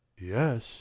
Yes